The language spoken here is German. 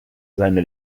seine